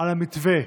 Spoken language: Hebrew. על המתווה,